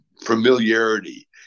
familiarity